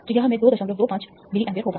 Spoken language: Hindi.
तो यह मैं 225 मिली एम्पीयर होगा